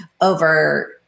over